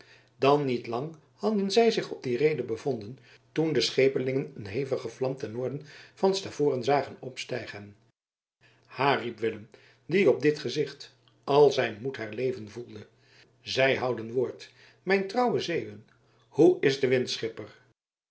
dan niet lang hadden zij zich op die reede bevonden toen de schepelingen een hevige vlam ten noorden van stavoren zagen opstijgen ha riep willem die op dit gezicht al zijn moed herleven voelde zij houden woord mijn trouwe zeeuwen hoe is de wind schipper